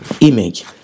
image